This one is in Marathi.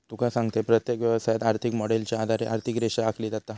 तुका सांगतंय, प्रत्येक व्यवसायात, आर्थिक मॉडेलच्या आधारे आर्थिक रेषा आखली जाता